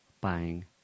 buying